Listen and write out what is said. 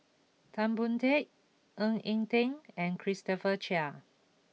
Tan Boon Teik Ng Eng Teng and Christopher Chia